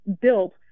built